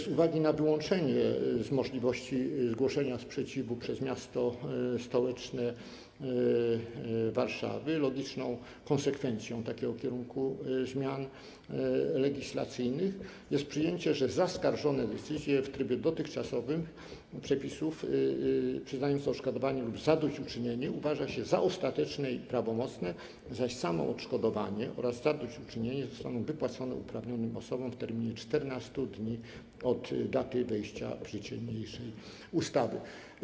Z uwagi na wyłączenie możliwości zgłoszenia sprzeciwu przez miasto stołeczne Warszawę logiczną konsekwencją takiego kierunku zmian legislacyjnych jest przyjęcie, że zaskarżone decyzje w trybie dotychczasowych przepisów przyznających odszkodowanie lub zadośćuczynienie uważa się za ostateczne i prawomocne, zaś odszkodowanie oraz zadośćuczynienie zostaną wypłacone uprawnionym osobom w terminie 14 dni od daty wejścia w życie niniejszej ustawy.